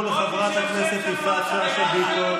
לחברת הכנסת יפעת שאשא ביטון.